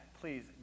please